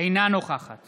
אינה נוכחת